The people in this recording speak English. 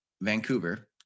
Vancouver